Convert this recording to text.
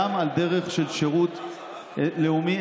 גם בדרך של שירות לאומי-אזרחי.